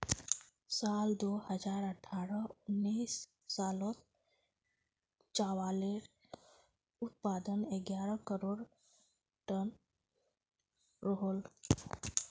साल दो हज़ार अठारह उन्नीस सालोत चावालेर उत्पादन ग्यारह करोड़ तन रोहोल